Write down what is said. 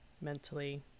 mentally